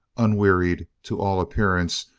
unwearied, to all appearance,